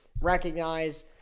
recognize